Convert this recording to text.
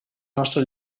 nostre